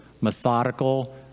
methodical